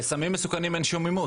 בסמים מסוכנים אין שום אימות,